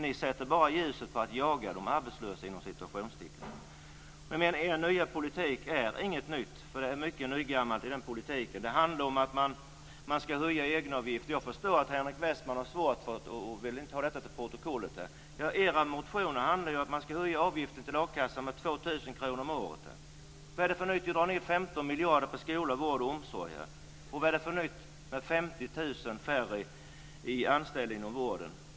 Ni sätter bara ljuset på att jaga de arbetslösa. Er nya politik är inte ny. Det är mycket nygammalt i den politiken. Det handlar om att man ska höja egenavgiften. Jag förstår att Henrik Westman har svårt för det här och inte vill ha detta till protokollet. Er motion handlar ju om att man ska höja avgiften till a-kassan med 2 000 kr om året. Vad är det för nytt i att dra ned 15 miljarder på skola, vård och omsorg? Vad är det för nytt med 50 000 färre anställda inom vården?